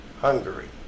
Hungary